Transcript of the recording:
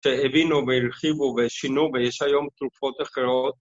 שהבינו והרחיבו ושינו ויש היום תרופות אחרות